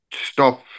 stop